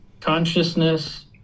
Consciousness